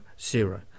Zero